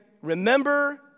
Remember